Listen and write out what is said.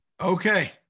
Okay